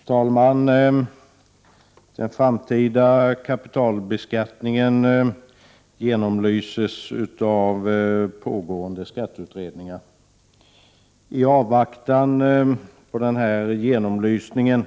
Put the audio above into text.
Herr talman! Den framtida kapitalbeskattningen genomlyses i pågående skatteutredningar. I avvaktan på denna genomlysning